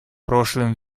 прошлым